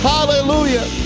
Hallelujah